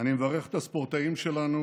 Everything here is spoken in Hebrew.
מברך את הספורטאים שלנו